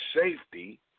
safety